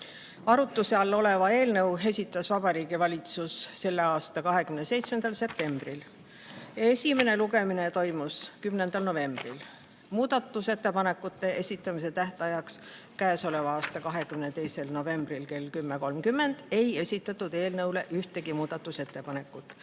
Arutuse all oleva eelnõu esitas Vabariigi Valitsus k.a 27. septembril. Esimene lugemine toimus 10. novembril, muudatusettepanekute esitamise tähtajaks, k.a 22. novembriks kella 10.30-ks ei esitatud eelnõu kohta ühtegi muudatusettepanekut,